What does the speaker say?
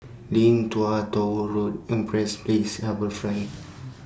Lim Tua Tow Road Empress Place and HarbourFront